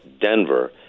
denver